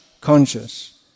conscious